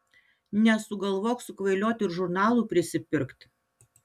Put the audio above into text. nesugalvok sukvailiot ir žurnalų prisipirkt